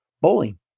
bowling